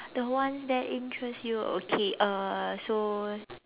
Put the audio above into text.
the one that interests you okay uh so